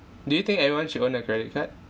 do you think everyone should own a credit card